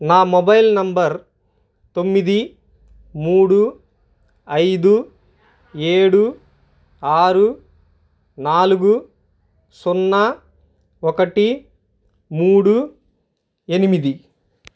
నా mobile number తొమ్మిది మూడు ఐదు ఏడు ఆరు నాలుగు సున్నా ఒకటి మూడు ఎనిమిది